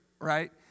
right